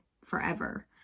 forever